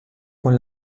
con